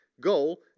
goal